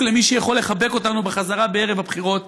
למי שיכול לחבק אותנו בחזרה בערב הבחירות,